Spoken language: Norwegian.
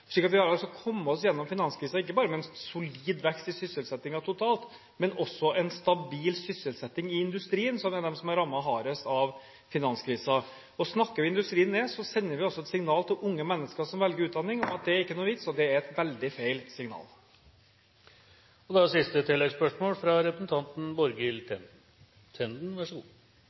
Vi har altså kommet oss gjennom finanskrisen ikke bare med en solid vekst i sysselsettingen totalt, men også med en stabil sysselsetting i industrien, som er den som er rammet hardest av finanskrisen. Snakker vi industrien ned, sender vi også et signal til unge mennesker som velger utdanning, om at det ikke er noen vits. Det er et veldig feil signal. Borghild Tenden – til oppfølgingsspørsmål. Jeg hører hva statsråden svarer representanten